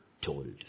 told